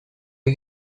you